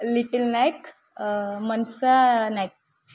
little Nayak Mansa Nayak